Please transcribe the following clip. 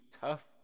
tough